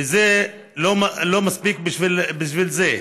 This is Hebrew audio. וזה לא מספיק בשביל זה.